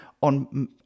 on